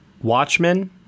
Watchmen